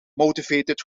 motivated